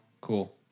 cool